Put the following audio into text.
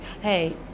hey